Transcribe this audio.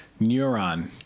Neuron